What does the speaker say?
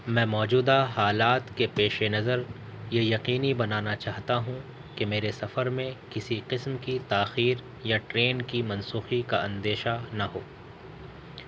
میں موجودہ حالات کے پیشِ نظر یہ یقینی بنانا چاہتا ہوں کہ میرے سفر میں کسی قسم کی تاخیر یا ٹرین کی منسوخی کا اندیشہ نہ ہو